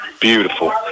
Beautiful